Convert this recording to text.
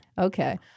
Okay